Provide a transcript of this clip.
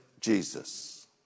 Jesus